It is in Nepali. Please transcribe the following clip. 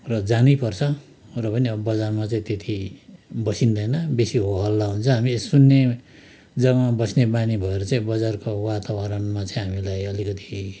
र जानैपर्छ र पनि अब बजारमा चाहिँ त्यति बसिन्दैन बेसी होहल्ला हुन्छ हामीले शुन्य जग्गामा बस्ने बानी भएर चाहिँ बजारको वातावरणमा चाहिँ हामीलाई अलिकति